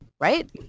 Right